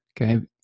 Okay